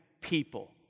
people